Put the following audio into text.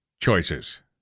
choices